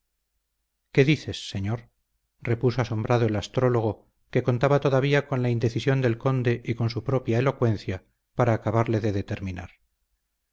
qué dices señor repuso asombrado el astrólogo que contaba todavía con la indecisión del conde y con su propia elocuencia para acabarle de determinar